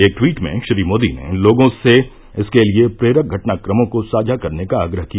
एक ट्वीट में श्री मोदी ने लोगों से इसके लिए प्रेरक घटनाक्रमों को साझा करने का आग्रह किया